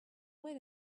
wait